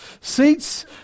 Seats